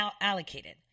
allocated